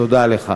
תודה לך.